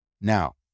Now